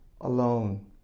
alone